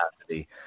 capacity